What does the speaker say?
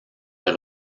est